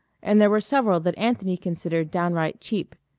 and there were several that anthony considered downright cheap.